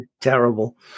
Terrible